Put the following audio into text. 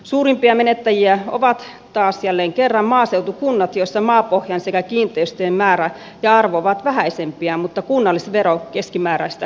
suurimpia menettäjiä ovat taas jälleen kerran maaseutukunnat joissa maapohjan sekä kiinteistöjen määrä ja arvo ovat vähäisempiä mutta kunnallisvero keskimääräistä korkeampi